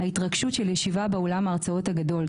ההתרגשות שלי שיווה באולם הרצאות הגדול,